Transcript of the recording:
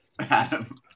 Adam